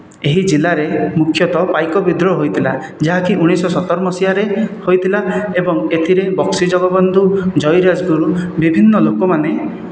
ଏହି ଜିଲ୍ଲାରେ ମୁଖ୍ୟତଃ ପାଇକ ବିଦ୍ରୋହ ହୋଇଥିଲା ଯାହାକି ଉଣେଇଶହ ସତର ମସିହାରେ ହୋଇଥିଲା ଏବଂ ଏଥିରେ ବକ୍ସି ଜଗବନ୍ଧୁ ଜୟୀରାଜଗୁରୁ ବିଭିନ୍ନ ଲୋକମାନେ